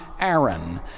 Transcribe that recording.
Aaron